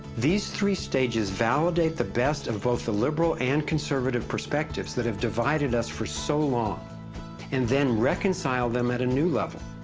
these three stages validate the best of both the liberal and conservative perspectives that have divided us for so long and then reconcile them at a new level,